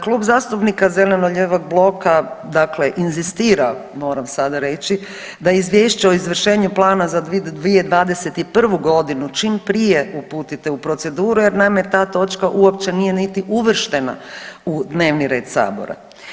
Klub zastupnika zeleno-lijevog bloka inzistira moram sada reći da izvješće o izvršenju plana za 2021.g. čim prije uputite u proceduru jer naime ta točka uopće nije niti uvrštena u dnevni red sabora.